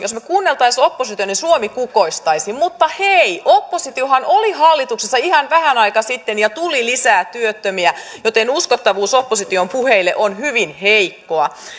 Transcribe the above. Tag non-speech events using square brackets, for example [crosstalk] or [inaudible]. [unintelligible] jos me kuuntelisimme oppositiota niin suomi kukoistaisi mutta hei oppositiohan oli hallituksessa ihan vähän aikaa sitten ja tuli lisää työttömiä joten opposition puheiden uskottavuus on hyvin heikkoa